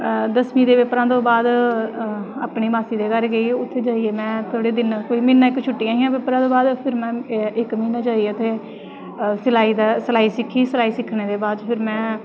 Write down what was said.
दसमीं दे पेपरां दे बाद अपनी मासी दे घर गेई उत्थै जाइयै थोह्ड़े दिन कोई म्हीना इक छुट्टियां हां पेपरें दे बाद ते में इक म्हीना जाइयै सलाई सिक्खी सलाई सिक्खने दे बाद में